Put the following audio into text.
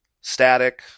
static